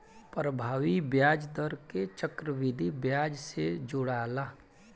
प्रभावी ब्याज दर के चक्रविधि ब्याज से जोराला